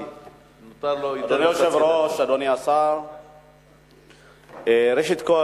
אדוני היושב-ראש, אדוני השר, ראשית אני